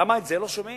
למה את זה לא שומעים?